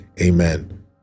Amen